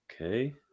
Okay